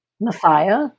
Messiah